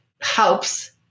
helps